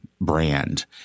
brand